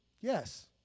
Yes